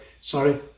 sorry